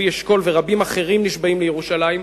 לוי אשכול ורבים אחרים נשבעים לירושלים,